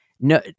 no